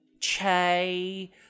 Che